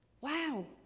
Wow